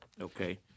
Okay